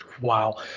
Wow